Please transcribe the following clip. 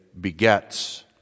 begets